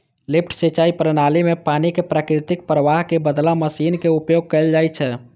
lift सिंचाइ प्रणाली मे पानि कें प्राकृतिक प्रवाहक बदला मशीनक उपयोग कैल जाइ छै